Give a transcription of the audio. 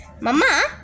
Mama